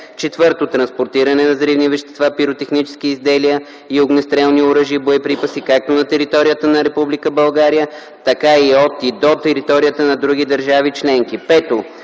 тях; 4. транспортиране на взривни вещества, пиротехнически изделия и огнестрелни оръжия и боеприпаси както на територията на Република България, така и от и до територията на други държави членки;